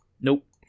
Nope